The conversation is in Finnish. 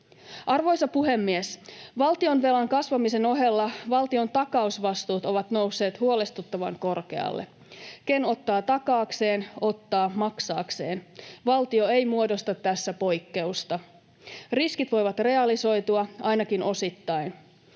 Arvoisa puhemies! Valtionvelan kasvamisen ohella valtion takausvastuut ovat nousseet huolestuttavan korkealle. Ken ottaa takaakseen, ottaa maksaakseen. Valtio ei muodosta tässä poikkeusta. Riskit voivat realisoitua, ainakin osittain.